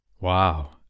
Wow